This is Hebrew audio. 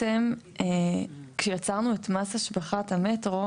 אשמח שהם יסבירו אותו,